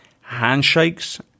Handshakes